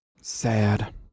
sad